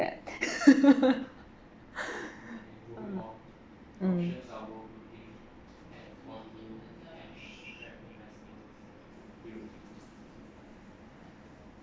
that mm